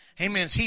Amen